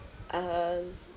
um